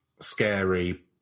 scary